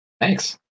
Thanks